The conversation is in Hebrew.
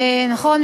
נכון?